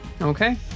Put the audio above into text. Okay